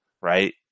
right